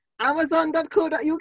amazon.co.uk